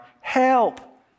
help